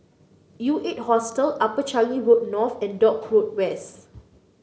U Eight Hostel Upper Changi Road North and Dock Road West